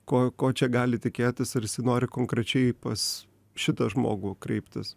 ko ko čia gali tikėtis ar jisai nori konkrečiai pas šitą žmogų kreiptis